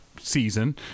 season